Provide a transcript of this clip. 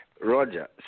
Roger